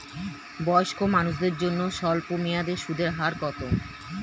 বয়স্ক মানুষদের জন্য স্বল্প মেয়াদে সুদের হার কত?